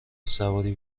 سواری